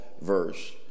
verse